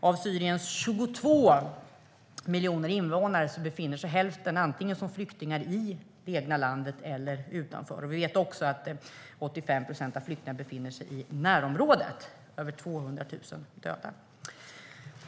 Av Syriens 22 miljoner invånare är hälften flyktingar antingen i sitt eget land eller utanför. Vi vet att 85 procent av flyktingarna befinner sig i närområdet. Antalet döda är över 200 000.